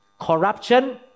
corruption